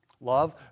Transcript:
Love